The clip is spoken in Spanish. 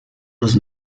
los